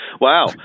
Wow